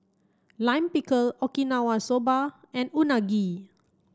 Lime Pickle Okinawa soba and Unagi